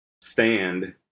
stand